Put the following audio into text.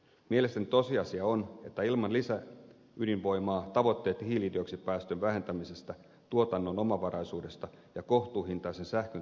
mielestäni tosiasia on että ilman lisäydinvoimaa tavoitteet hiilidioksidipäästöjen vähentämisestä tuotannon omavaraisuudesta ja kohtuuhintaisen sähkön takaamisesta eivät toteudu